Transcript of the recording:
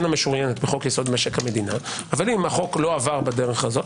בחוק יסוד: משק המדינה אבל אם החוק לא עבר בדרך הזו